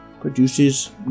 produces